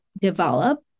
develop